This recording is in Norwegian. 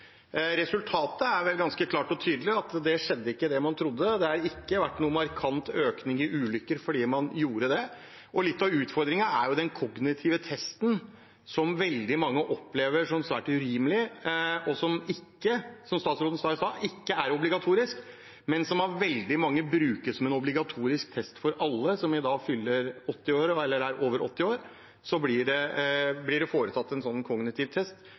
Resultatet er vel ganske klart og tydelig – det skjedde ikke, det man trodde. Det har ikke vært noen markant økning i ulykker fordi man gjorde det. Litt av utfordringen er den kognitive testen, som veldig mange opplever som svært urimelig. Som statsråden sa i stad, er den ikke obligatorisk, men av veldig mange brukes den slik. For alle som er 80 år, eller er over 80 år i dag, blir det foretatt en sånn kognitiv test